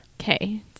Okay